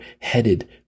headed